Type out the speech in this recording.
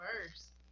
First